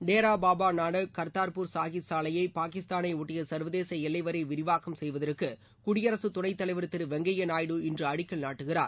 டேரா பாபா நானக் கர்தார்பூர் சாஹிப் சாலையை பாகிஸ்தானை ஓட்டிய சர்வதேச எல்லை வரை விரிவாக்கம் செய்வதற்கு குடியரகத் துணைத் தலைவர் திரு வெங்கைபா நாயுடு இன்று அடிக்கல் நாட்டுகிறார்